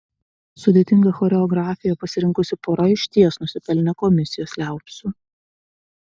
sudėtingą choreografiją pasirinkusi pora išties nusipelnė komisijos liaupsių